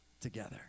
together